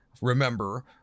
remember